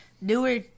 newer